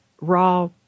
raw